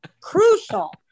crucial